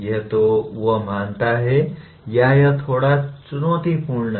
या तो वह मानता है हाँ यह थोड़ा चुनौतीपूर्ण है